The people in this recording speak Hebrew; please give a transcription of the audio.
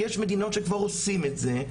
יש מדינות שכבר עושים את זה.